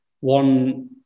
one